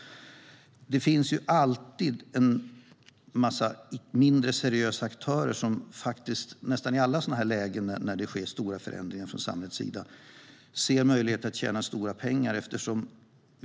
Det finns alltid en del mindre seriösa aktörer som när det sker stora förändringar från samhällets sida ser möjligheter att tjäna stora pengar.